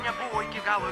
nebuvo iki galo